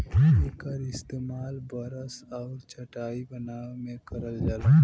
एकर इस्तेमाल बरस आउर चटाई बनाए में करल जाला